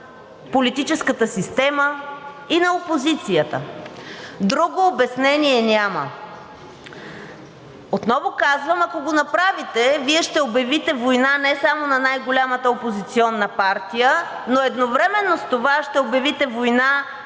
политическата система и на опозицията – друго обяснение няма. Отново казвам, ако го направите, Вие ще обявите война не само на най-голямата опозиционна партия, но едновременно с това ще обявите война